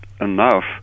enough